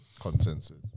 Consensus